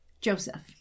Joseph